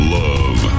love